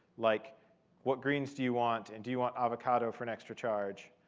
like what greens do you want? and, do you want avocado for an extra charge?